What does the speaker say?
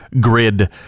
grid